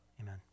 Amen